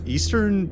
Eastern